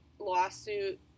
lawsuit